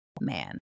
man